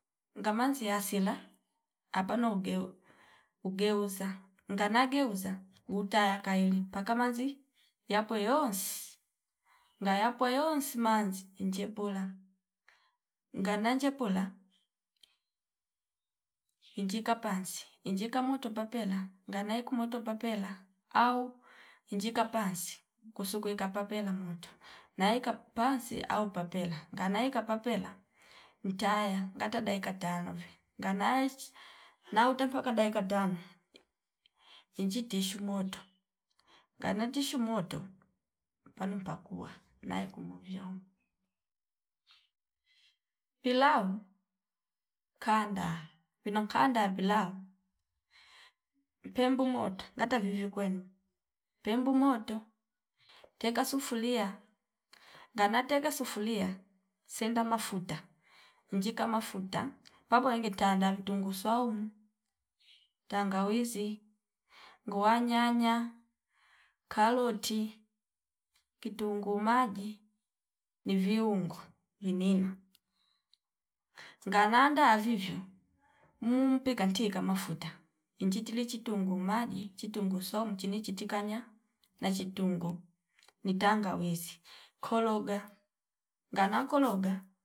Ngamani yasila apano ugeu- ugeuza ngana geuza utaya kaili paka manzi yakwe yonsi ngaya pwayo simansi inje pola ngana njepola injika pansi injika moto papela ngana iku moto papela au injika pansi kusu kweika papela moto naika pansi au papela nganaika papela mtaya ngata daika tano ngana ichi nautava ka daika tano inji tishu moto ngana tishu moto panu pakuwa nayo kumu vyombo. Pilau kaanda pino kaandaya pilau pembu mota ngata viviyu kwenu pembu moto tenga sufulia nga tenga sufulia senda mafuta njika mafuta papwe ngene taanda vitungu swaumu, tangawizi, nguwa nyanya, kaloti, kitungu maji ni viungo vinina ngana avivyo muumpi kanchika mafuta injitili chitungu maji, chjitungu swaumu chini chiti kanya nachi tungo ni tangawizi kologa ngana kologa